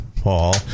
Paul